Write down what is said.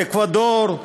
אקוודור,